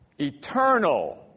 Eternal